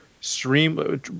stream